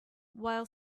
while